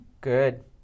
Good